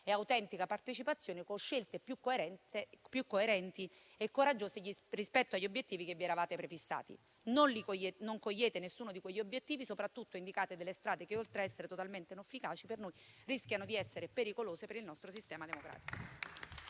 e autentica partecipazione con scelte più coerenti e coraggiose rispetto agli obiettivi che vi eravate prefissati. Non cogliete nessuno di quegli obiettivi, soprattutto indicate strade che, oltre a essere totalmente inefficaci per noi, rischiano di essere pericolose per il nostro sistema democratico.